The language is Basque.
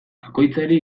bakoitzari